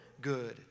good